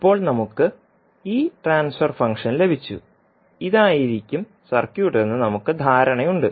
ഇപ്പോൾ നമുക്ക് ഈ ട്രാൻസ്ഫർ ഫംഗ്ഷൻ ലഭിച്ചു ഇത് ആയിരിക്കും സർക്യൂട്ട് എന്ന് നമുക്ക് ധാരണയുണ്ട്